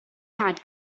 had